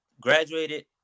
graduated